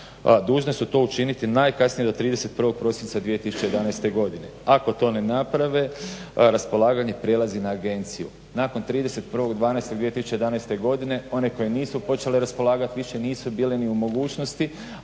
dužne su to učiniti najkasnije do 31. prosinca 2011. godine. Ako to ne naprave raspolaganje prelazi na agenciju." Nakon 31. 12.2011. one koje nisu počele raspolagati više nisu bile u mogućnosti